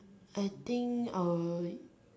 I think I will